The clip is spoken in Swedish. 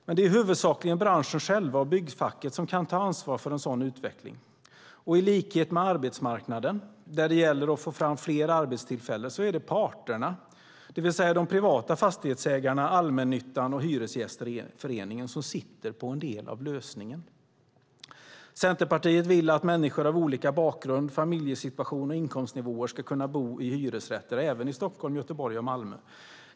Men det är huvudsakligen branschen själv och byggfacken som kan ta ansvar för en sådan utveckling. I likhet med arbetsmarkanden, där det gäller att få fram fler arbetstillfällen, är det parterna, det vill säga de privata fastighetsägarna, allmännyttan och hyresgästföreningen, som sitter på en del av lösningen. Centerpartiet vill att människor av olika bakgrund, med olika familjesituation och inkomstnivåer ska kunna bo i hyresrätter även i Stockholm, Göteborg och Malmö.